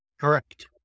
correct